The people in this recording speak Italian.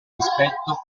rispetto